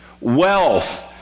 Wealth